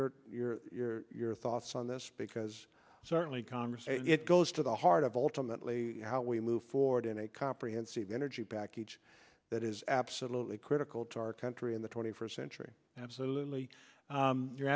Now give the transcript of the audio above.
your your thoughts on this because certainly congress it goes to the heart of ultimately how we move forward in a comprehensive energy package that is absolutely critical to our country in the twenty first century absolutely you're